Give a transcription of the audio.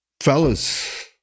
Fellas